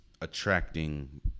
attracting